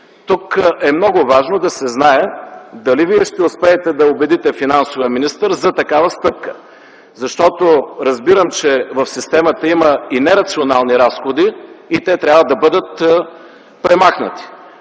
Тук е много важно да се знае дали Вие ще успеете да убедите финансовия министър за такава стъпка, защото разбирам, че в системата има и нерационални разходи и те трябва да бъдат премахнати.